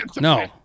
No